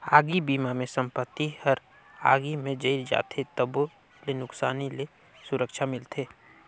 आगी बिमा मे संपत्ति हर आगी मे जईर जाथे तबो ले नुकसानी ले सुरक्छा मिलथे